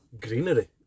greenery